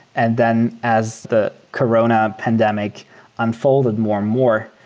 and then as the corona pandemic unfolded more and more,